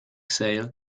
sales